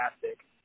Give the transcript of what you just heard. fantastic